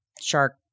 shark